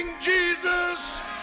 Jesus